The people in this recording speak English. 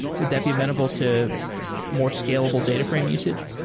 would that be amenable to more scalable data frame usage?